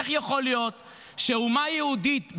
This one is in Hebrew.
איך יכול להיות שאומה יהודית,